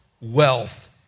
wealth